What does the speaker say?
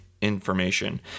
information